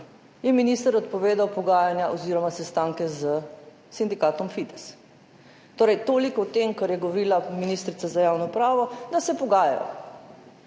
je minister odpovedal pogajanja oziroma sestanke s sindikatom Fides. Torej, toliko o tem, kar je govorila ministrica za javno upravo – da se pogajajo.